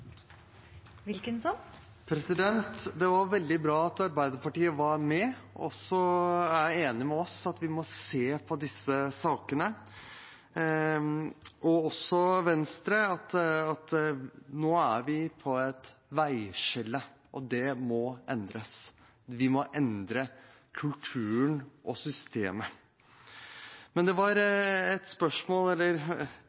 med og er enige med oss i at vi må se på disse sakene, og også Venstre, som sa at vi nå er ved et veiskille. Det må endres. Vi må endre kulturen og systemet. Men det